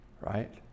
right